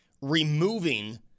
removing